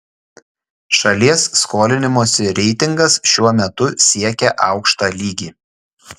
šalies skolinimosi reitingas šiuo metu siekia aukštą lygį